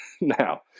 Now